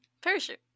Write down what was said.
Parachute